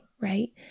right